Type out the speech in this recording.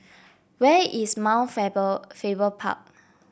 where is Mount Faber Faber Park